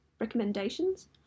recommendations